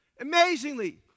amazingly